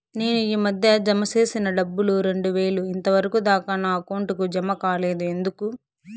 నేను ఈ మధ్య జామ సేసిన డబ్బులు రెండు వేలు ఇంతవరకు దాకా నా అకౌంట్ కు జామ కాలేదు ఎందుకు?